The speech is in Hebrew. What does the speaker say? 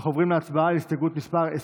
(23) של חברי הכנסת שלמה קרעי,